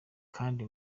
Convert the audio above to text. kandi